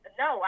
no